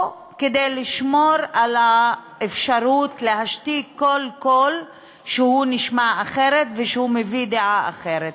או כדי לשמור על האפשרות להשתיק כל קול שנשמע אחרת ושמביא דעה אחרת?